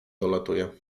dolatuje